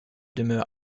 demeure